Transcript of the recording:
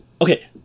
okay